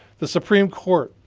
the supreme court,